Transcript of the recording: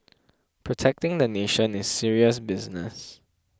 protecting the nation is serious business